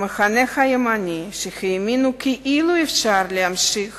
והמחנה הימני, שהאמינו כאילו אפשר להמשיך